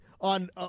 on